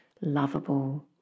lovable